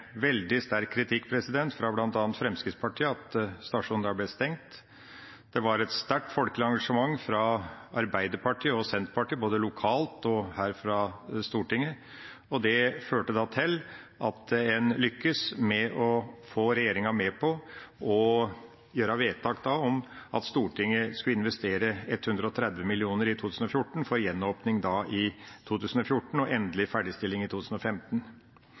veldig sterk kritikk fra bl.a. Fremskrittspartiet for at stasjonen ble stengt. Det var et sterkt folkelig engasjement fra Arbeiderpartiet og Senterpartiet både lokalt og her fra Stortinget, og det førte til at en lyktes med å få regjeringa med på å gjøre vedtak om at Stortinget skulle investere 130 mill. kr i 2014 for gjenåpning i 2014 og endelig ferdigstilling i 2015.